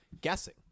guessing